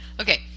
okay